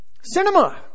cinema